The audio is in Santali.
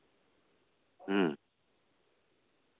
ᱦᱮᱸ